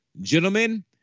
Gentlemen